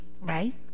right